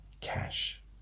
cash